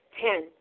Ten